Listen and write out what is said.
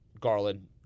garland